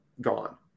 gone